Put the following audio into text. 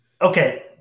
okay